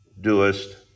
doest